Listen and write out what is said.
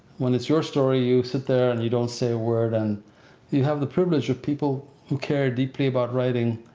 when it's your story, you sit there and you don't say a word and you have the privilege of people who care deeply about writing,